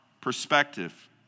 perspective